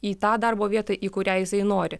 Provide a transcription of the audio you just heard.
į tą darbo vietą į kurią jisai nori